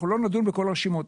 אנחנו לא נדון בכל הרשימה.